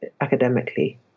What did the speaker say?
academically